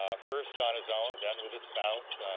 ah first on his own, then with his spouse.